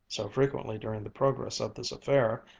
so frequently during the progress of this affair,